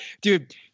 dude